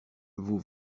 vous